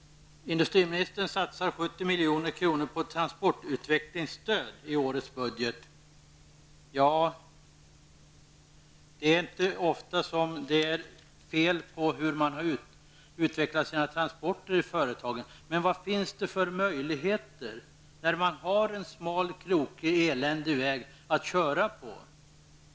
Industriministern satsar 70 Det är inte ofta som det är fel på hur företagen utvecklar transporterna, men vad finns det för möjligheter när det finns en smal krokig eländig väg att köra på?